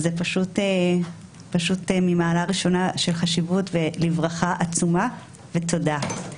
זה פשוט ממעלה ראשונה של חשיבות ולברכה עצומה ותודה.